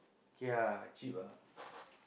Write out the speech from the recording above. K ah cheap ah